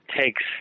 takes